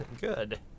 good